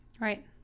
Right